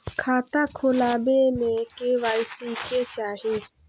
खाता खोला बे में के.वाई.सी के चाहि?